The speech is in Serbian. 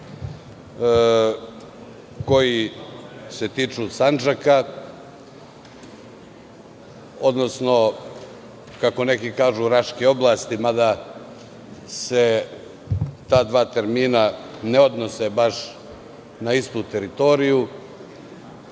koji se tiču Sandžaka odnosno, kako neki kažu, Raške oblasti, mada se ta dva termina ne odnose baš na istu teritoriju.